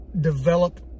develop